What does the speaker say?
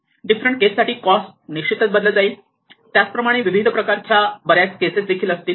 different case साठी cost निश्चितच बदलत जाईल त्याचप्रमाणे विविध प्रकारच्या बऱ्याच केसेस देखील असतील